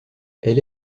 elle